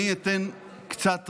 אני אתן קצת רקע,